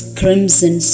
crimson